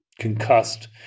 concussed